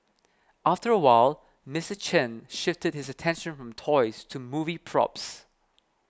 after a while Mister Chen shifted his attention from toys to movie props